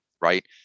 Right